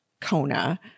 Kona